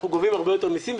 אנחנו גובים הרבה יותר מסים,